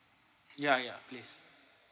ya ya please